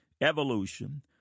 evolution